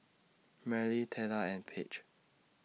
Merle Teela and Page